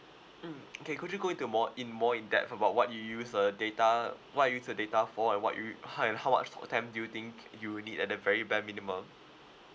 mm okay could you go into more in more in depth about what you use the data what you use the data for and what you how and how much talk time do you think you need at the very bare minimum